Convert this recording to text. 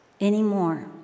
anymore